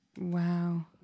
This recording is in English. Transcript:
Wow